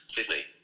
Sydney